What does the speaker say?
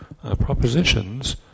Propositions